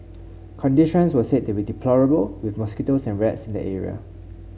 conditions were said to be deplorable with mosquitoes and rats in the area